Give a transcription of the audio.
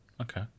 okay